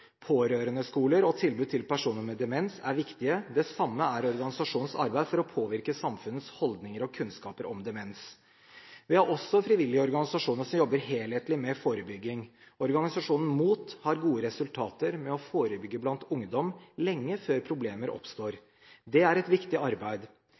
Pårørendeskoler og tilbud til personer med demens er viktig. Det samme er organisasjonens arbeid for å påvirke samfunnets holdninger og kunnskaper om demens. Vi har også frivillige organisasjoner som jobber helhetlig med forebygging. Organisasjonen MOT har gode resultater med å forebygge blant ungdom, lenge før problemer